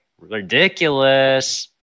Ridiculous